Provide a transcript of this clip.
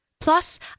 Plus